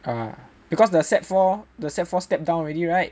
err because the sec four the sec four step down already right